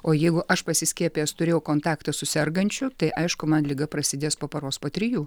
o jeigu aš pasiskiepijęs turėjau kontaktą su sergančiu tai aišku man liga prasidės po paros po trijų